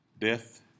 Death